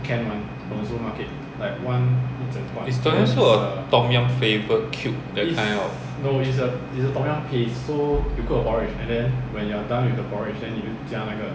is tom yum soup or tom yum flavoured cube that kind of